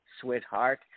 Sweetheart